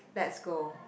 let's go